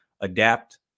Adapt